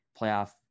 playoff